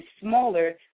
smaller